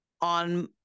on